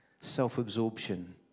Self-absorption